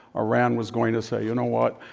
iran was going to say, you know what?